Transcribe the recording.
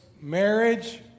marriage